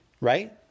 right